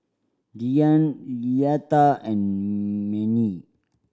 Deann Leatha and Mannie